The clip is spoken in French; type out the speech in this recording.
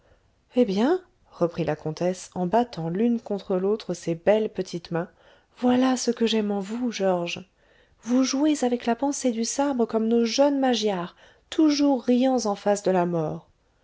eh bien reprit la comtesse en battant l'une contre l'autre ses belles petites mains voilà ce que j'aime en vous georges vous jouez avec la pensée du sabre comme nos jeunes magyars toujours riants en face de la mort